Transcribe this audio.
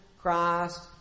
Christ